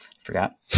forgot